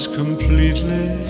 completely